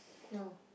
no